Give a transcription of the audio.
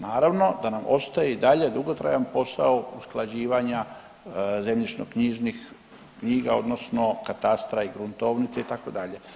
Naravno da nam ostaje i dalje dugotrajan posao usklađivanja zemljišno-knjižnih knjiga, odnosno katastra i gruntovnica itd.